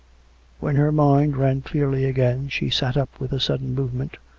when her mind ran clearly again, she sat up with a sudden movement,